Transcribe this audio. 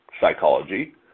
psychology